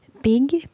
Big